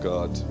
God